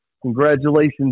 congratulations